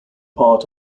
part